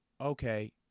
okay